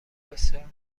بسیار